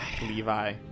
Levi